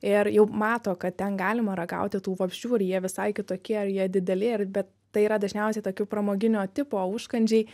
ir jau mato kad ten galima ragauti tų vabzdžių ir jie visai kitokie ar jie dideli ir be tai yra dažniausiai tokių pramoginio tipo užkandžiai